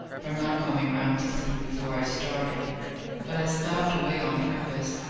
for not coming round to see you before i started but i stopped away on purpose,